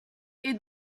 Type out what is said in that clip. est